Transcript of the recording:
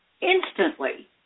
instantly